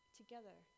together